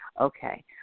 okay